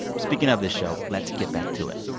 speaking of this show, let's get back to it